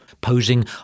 posing